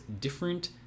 different